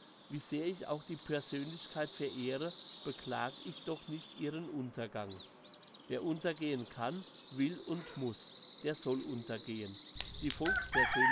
wie sehr ich auch die persönlichkeit verehre beklage ich doch nicht ihren untergang wer untergehen kann will und muss der soll untergehen die